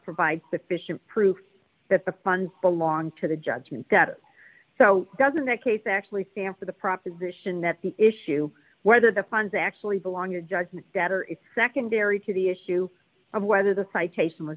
provide sufficient proof that the funds belonged to the judgment so doesn't that case actually sam for the proposition that the issue whether the funds actually belong your judgment debtor is secondary to the issue of whether the citation was